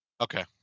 Okay